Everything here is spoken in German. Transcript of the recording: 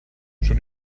schon